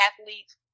athletes